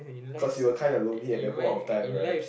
cause you were kinda lonely at the point of time right